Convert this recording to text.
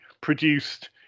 produced